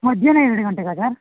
ಮಧ್ಯಾಹ್ನ ಎರಡು ಗಂಟೆಗಾ ಸರ್